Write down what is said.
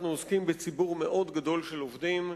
אנחנו עוסקים בציבור מאוד גדול של עובדים,